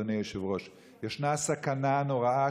אדוני היושב-ראש: ישנה סכנה נוראה,